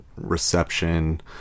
reception